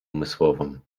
umysłową